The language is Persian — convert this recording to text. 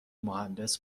مهندس